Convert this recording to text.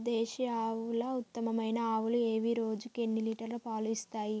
దేశీయ ఆవుల ఉత్తమమైన ఆవులు ఏవి? రోజుకు ఎన్ని లీటర్ల పాలు ఇస్తాయి?